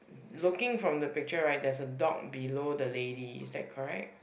looking from the picture right there's a dog below the lady is that correct